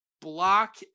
block